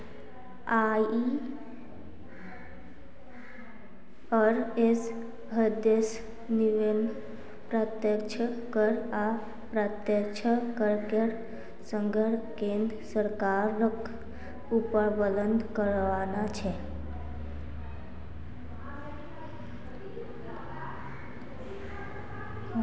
IRS उद्देश्य विभिन्न प्रत्यक्ष कर आर अप्रत्यक्ष करेर संग्रह केन्द्र सरकारक उपलब्ध कराना छे